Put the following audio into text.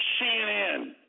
cnn